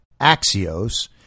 Axios